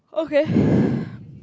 okay